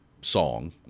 song